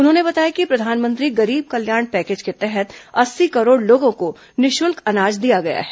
उन्होंने बताया कि प्रधानमंत्री गरीब कल्याण पैकेज के तहत अस्सी करोड़ लोगों को निःशुल्क अनाज दिया गया है